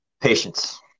Patience